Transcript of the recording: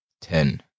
ten